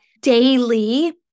daily